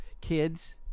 kids